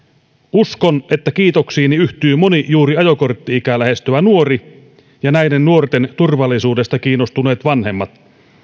uskon että kiitoksiini yhtyy moni juuri ajokortti ikää lähestyvä nuori ja näiden nuorten turvallisuudesta kiinnostuneet vanhemmat